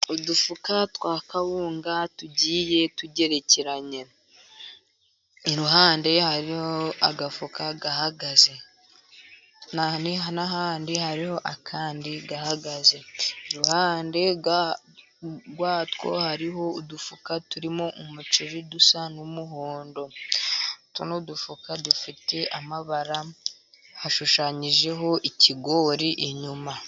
Udufuka twa kawunga tugiye tugerekeranye, iruhande hariho agafuka gahagaze n'ahandi hariho akandi gahagaze. Iruhande rwatwo hariho udufuka turimo umuceri dusa n'umuhondo, tuno dufuka dufite amabara hashushanyijeho ikigori inyuma.